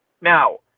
Now